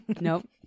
Nope